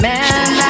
Man